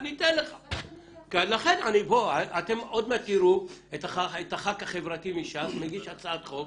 אתם עוד מעט תראו את הח"כ החברתי מש"ס מגיש הצעת חוק